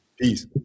Peace